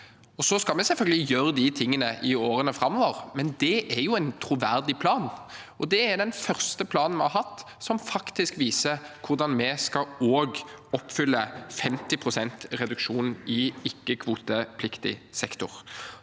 Så skal vi selvfølgelig gjøre de tingene i årene framover, men det er en troverdig plan. Det er den første planen vi har hatt som faktisk viser hvordan vi også skal oppfylle 50 pst. reduksjon i ikke-kvotepliktig sektor.